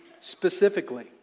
specifically